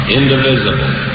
indivisible